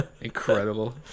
Incredible